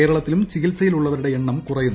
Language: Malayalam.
കേരളത്തിലും ചികിത്സയിലുള്ളവരുടെ എണ്ണം കുറയുന്നു